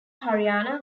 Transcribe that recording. haryana